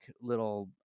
little